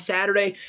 Saturday